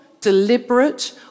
deliberate